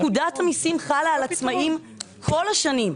פקודת המיסים חלה על עצמאים כל השנים.